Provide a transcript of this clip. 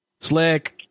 Slick